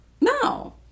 no